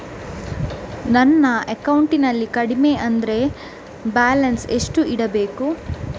ನನ್ನ ಅಕೌಂಟಿನಲ್ಲಿ ಕಡಿಮೆ ಅಂದ್ರೆ ಬ್ಯಾಲೆನ್ಸ್ ಎಷ್ಟು ಇಡಬೇಕು?